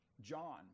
John